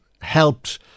helped